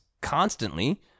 constantly